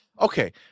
Okay